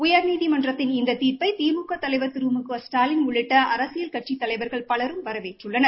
உயாநீதிமன்றத்தின் இந்த தீர்ப்பை திமுக தலைவா் திரு மு க ஸ்டாலின் உள்ளிட்ட அரசியல் கட்சித் தலைவா்கள் பலரும் வரவேற்றுள்ளனர்